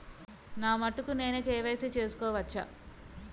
నా మటుకు నేనే కే.వై.సీ చేసుకోవచ్చా?